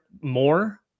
more